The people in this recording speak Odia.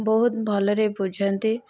ବହୁତ ଭଲରେ ବୁଝାନ୍ତି